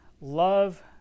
Love